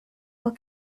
will